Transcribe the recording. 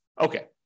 okay